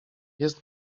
jest